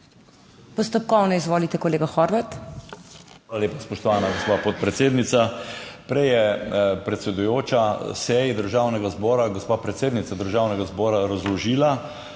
Postopkovno. Izvolite, kolega Horvat.